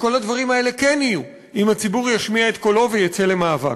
כל הדברים האלה כן יהיו אם הציבור ישמיע את קולו ויצא למאבק.